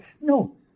No